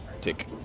tick